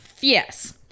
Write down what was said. Yes